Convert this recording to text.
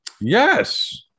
Yes